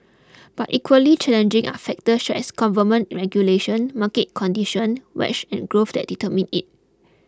but equally challenging are factors such as government regulations market conditions wage and growth that determine it